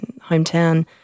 hometown